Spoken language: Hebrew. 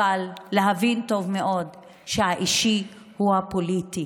אלא להבין טוב מאוד שהאישי הוא הפוליטי,